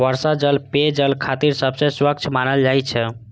वर्षा जल पेयजल खातिर सबसं स्वच्छ मानल जाइ छै